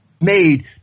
made